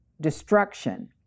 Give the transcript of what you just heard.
destruction